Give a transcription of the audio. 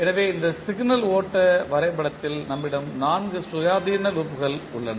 எனவே இந்த சிக்னல் ஓட்ட வரைபடத்தில் நம்மிடம் நான்கு சுயாதீன லூப்கள் உள்ளன